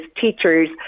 teachers